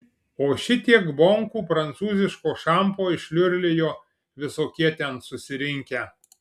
o šitiek bonkų prancūziško šampo išliurlijo visokie ten susirinkę